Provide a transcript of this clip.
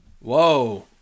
Whoa